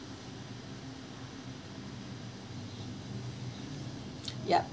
yup